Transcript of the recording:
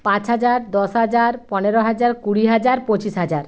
পাঁচ হাজার দশ হাজার পনেরো হাজার কুড়ি হাজার পঁচিশ হাজার